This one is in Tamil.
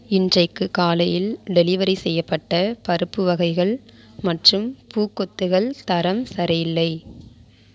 இன்றைக்கு காலையில் டெலிவரி செய்யப்பட்ட பருப்பு வகைகள் மற்றும் பூக்கொத்துகள் தரம் சரியில்லை